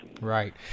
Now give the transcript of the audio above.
Right